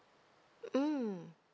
mm